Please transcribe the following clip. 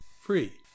free